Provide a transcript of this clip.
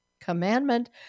commandment